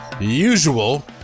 usual